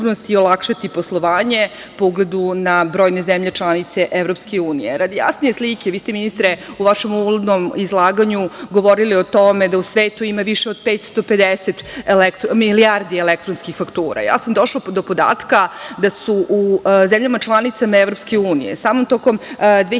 i olakšati poslovanje po ugledu na brojne zemlje članice EU. Radi jasnije slike, vi ste ministre, u vašem uvodnom izlaganju govorili o tome da u svetu ima više od 550 milijardi elektronskih faktura. Ja sam došla do podatka da su u zemljama članicama EU samo tokom 2015.